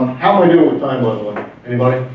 how are we doing with time ah